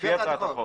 לפי הצעת החוק.